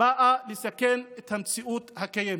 באה לסכן את המציאות הקיימת.